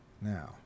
Now